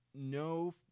no